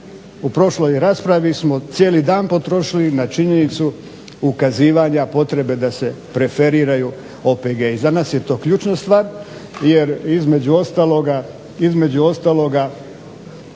u prošloj raspravi smo cijeli dan potrošili na činjenicu ukazivanja potrebe da se preferiraju OPG-i. Za nas je to ključna stvar, jer između ostaloga